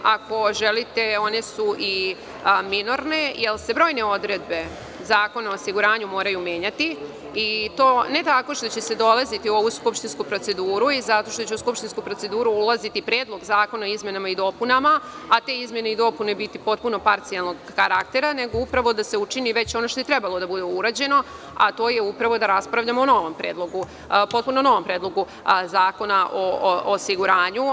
Ako želite, one su i minorne jer se brojne odredbe Zakona o osiguranju moraju menjati, i to ne tako što će se dolaziti u ovu skupštinsku proceduru i zato što će u skupštinsku proceduru ulaziti predlog zakona o izmenama i dopunama, a te izmene i dopune biti potpuno parcijalnog karaktera, nego upravo da se učini već ono što je trebalo da bude urađeno, a to je upravo da raspravljamo o potpuno novom predlogu zakona o osiguranju.